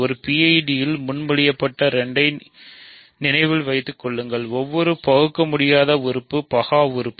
ஒரு PID இல் முன்மொழியப்பட்ட 2 ஐ நினைவில் வைத்துக் கொள்ளுங்கள் ஒவ்வொரு பகுக்கமுடியாதா உறுப்பு பகா உறுப்பு